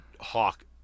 Hawk